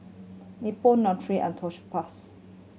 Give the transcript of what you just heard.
Nutren and